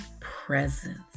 presence